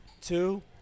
two